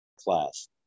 class